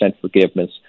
forgiveness